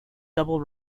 double